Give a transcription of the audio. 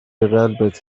قلبت